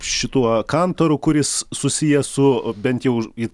šituo kantoru kuris susijęs su bent jau ir